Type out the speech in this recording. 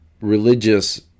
religious